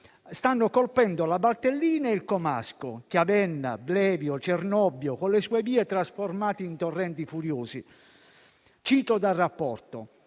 stanno colpendo la Valtellina e il comasco, Chiavenna, Blevio, Cernobbio con le sue vie trasformate in torrenti furiosi. Dice il rapporto